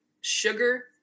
sugar